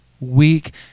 weak